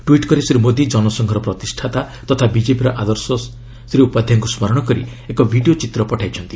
tweet କରି ଶ୍ରୀ ମୋଦି ଜନସଂଘର ସହପ୍ରତିଷ୍ଠାତା ତଥା ବିଜେପିର ଆଦର୍ଶ ଶ୍ରୀ ଉପାଧ୍ୟାୟଙ୍କୁ ସ୍କରଣ କରି ଏକ ଭିଡ଼ିଓ ଚିତ୍ର ପଠାଇଛନ୍ତି